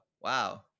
Wow